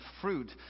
fruit